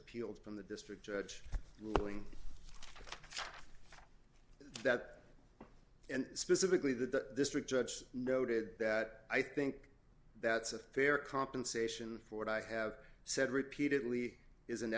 appealed from the district judge ruling thanks that and specifically the district judge noted that i think that's a fair compensation for what i have said repeatedly is an